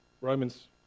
Romans